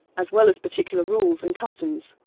as well as particular rules and customs.